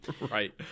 Right